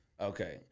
Okay